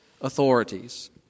authorities